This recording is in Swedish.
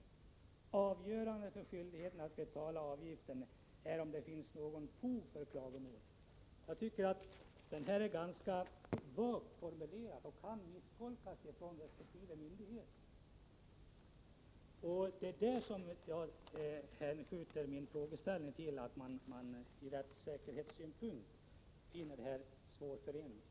Avgörande för skyldigheten att betala avgiften är om det finns något fog för klagomålet. Jag tycker att detta är ganska vagt formulerat. Det kan misstolkas av berörda myndigheter. Det är detta som ligger till grund för att jag i min frågeställning tar upp rättssäkerhetssynpunkterna.